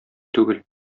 түгел